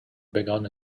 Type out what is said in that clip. begun